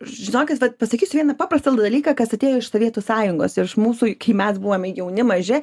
žinokit vat pasakysiu vieną paprastą dalyką kas atėjo iš sovietų sąjungos ir iš mūsų kai mes buvome jauni maži